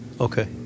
Okay